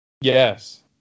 yes